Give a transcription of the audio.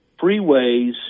freeways